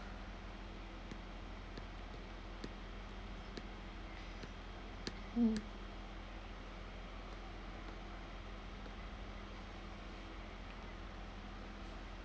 mm